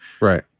right